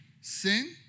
sin